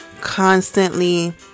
constantly